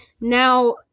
Now